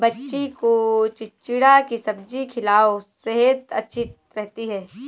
बच्ची को चिचिण्डा की सब्जी खिलाओ, सेहद अच्छी रहती है